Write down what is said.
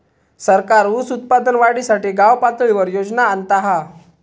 सरकार ऊस उत्पादन वाढीसाठी गावपातळीवर योजना आणता हा